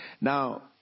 Now